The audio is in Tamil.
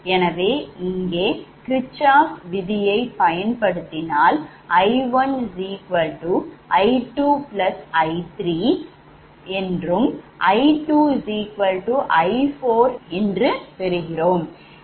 எனவே இங்கே kirchoffs விதியை பயன்படுத்தினால் I1I2I3 I2I4 என்று பெற்றுள்ளேன்